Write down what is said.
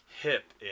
hip